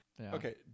Okay